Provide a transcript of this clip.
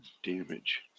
damage